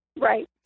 Right